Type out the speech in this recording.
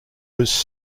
was